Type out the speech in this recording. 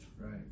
Right